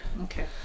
Okay